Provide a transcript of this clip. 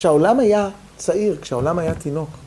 ‫כשהעולם היה צעיר, ‫כשהעולם היה תינוק.